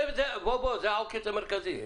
זה העוקץ המרכזי.